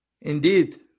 Indeed